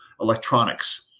electronics